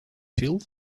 feel